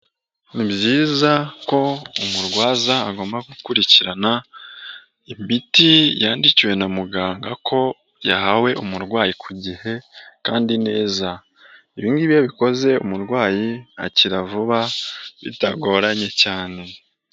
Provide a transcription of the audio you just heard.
Ni byiza ko umurwaza agomba gukurikirana imiti yandikiwe na muganga ko yahawe umurwayi ku gihe kandi neza ibi ngibi iyo bikoze umurwayi akira vuba bitagoranye cyane.